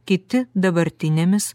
kiti dabartinėmis